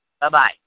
Bye-bye